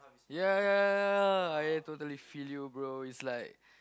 ya ya ya ya ya I totally feel you bro is like